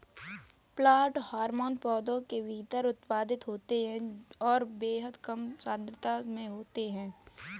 plant hormone पौधों के भीतर उत्पादित होते हैंऔर बेहद कम सांद्रता में होते हैं